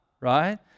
right